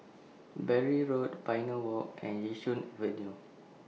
Bury Road Pioneer Walk and Yishun Avenue